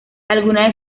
algunas